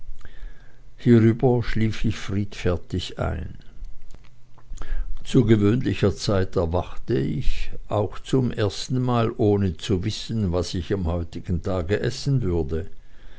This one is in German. hierüber schlief ich friedfertig ein zu gewöhnlicher zeit erwachte ich auch zum ersten mal ohne zu wissen was ich am heutigen tage essen würde